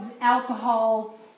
alcohol